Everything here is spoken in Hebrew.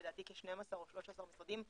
לדעתי ב-12 או 13 משרדים,